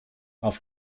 auf